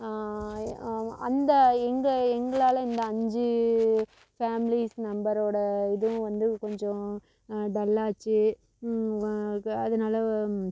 அந்த எங்கள் எங்களால் இந்த அஞ்சு ஃபேமிலிஸ் நபரோட இதுவும் வந்து கொஞ்சம் ஆ டல்லாகிச்சு அதனால